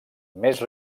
més